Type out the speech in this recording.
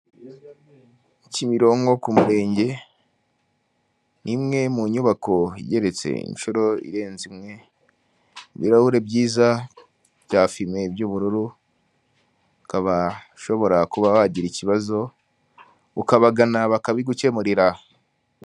Kimironko ku murenge, ni imwe mu nyubako igeretse inshuro irenze imwe, ibirahuri byiza bya fime by'ubururu ukaba ushobora kuba wagira ikibazo ukabagana bakabigukemurira.